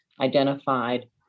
identified